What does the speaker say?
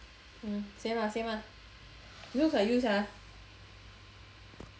mm same ah same ah he looks like you sia